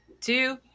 two